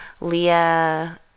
Leah